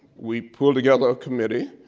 we pulled together a committee,